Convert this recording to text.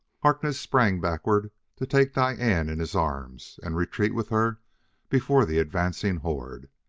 harkness sprang backward to take diane in his arms and retreat with her before the advancing horde.